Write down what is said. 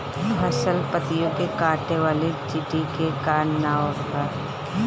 फसल पतियो के काटे वाले चिटि के का नाव बा?